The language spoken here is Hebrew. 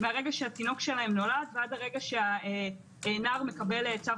מרגע שהתינוק נולד עד שהנער מקבל צו